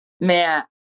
man